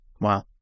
Wow